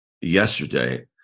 yesterday